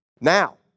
now